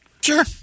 Sure